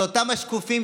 אותם השקופים,